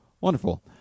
Wonderful